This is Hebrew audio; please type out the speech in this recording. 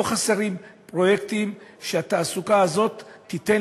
לא חסרים פרויקטים שהתעסוקה הזאת תיתן